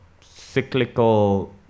cyclical